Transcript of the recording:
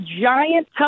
giant